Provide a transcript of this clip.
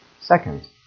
Second